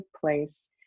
place